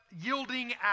yielding